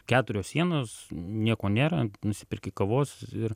keturios sienos nieko nėra nusiperki kavos ir